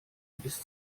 bis